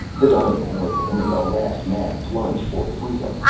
the dying morgel made a last mad plunge for freedom,